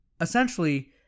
essentially